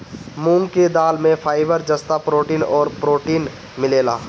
मूंग के दाल में फाइबर, जस्ता, प्रोटीन अउरी प्रोटीन मिलेला